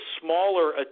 smaller